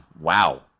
Wow